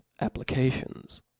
applications